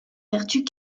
vertus